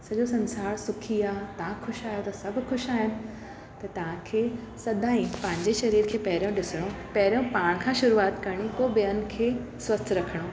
सॼो संसार सुखी आहे तव्हां खुश आहियो त सभु सभु ख़ुशि आहिनि त तव्हांखे सधा ही पंहिंजे शरीर खे पहिरियों ॾिसणो पहिरियों पाण खां शुरूआत करणी पोइ ॿेअनि खे स्वस्थ रखिणो